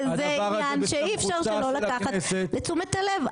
אי אפשר שלא לקחת לתשומת הלב,